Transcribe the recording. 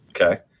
okay